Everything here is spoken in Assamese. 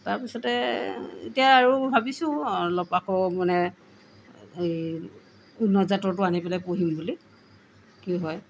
তাৰপিছতে এতিয়া আৰু ভাবিছোঁ অলপ আকৌ মানে এই উন্নত জাতৰটো আনি পেলাই পুহিম বুলি কি হয়